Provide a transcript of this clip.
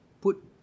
put